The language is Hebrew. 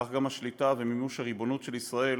כך גם השליטה ומימוש הריבונות של ישראל